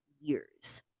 years